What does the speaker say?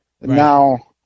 Now